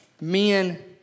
Men